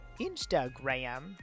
Instagram